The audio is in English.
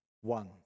one